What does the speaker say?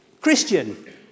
Christian